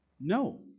No